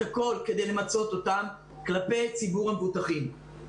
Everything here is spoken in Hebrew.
הכול כדי למצות אותם כלפי ציבור המבוטחים.